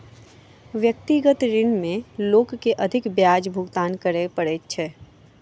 व्यक्तिगत ऋण में लोक के अधिक ब्याज भुगतान करय पड़ैत छै